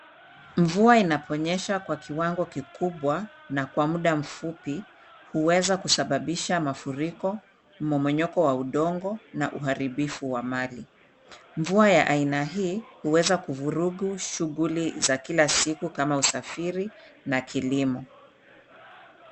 Mvua inaponyesha kwa kiwango kikubwa na kwa mda mfupi huweza kusabibisha mafuriko, mmonyoko wa udongo na uharibifu wa mali. Mvua ya aina hii huweza kuvurugu shughuli za kila siku kama usafiri na kilimo.